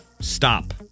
stop